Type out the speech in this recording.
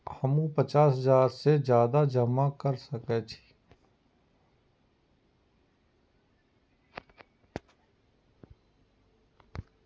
हमू पचास हजार से ज्यादा जमा कर सके छी?